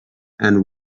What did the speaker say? and